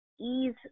ease